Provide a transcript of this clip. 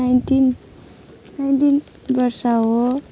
nineteen nineteen वर्ष हो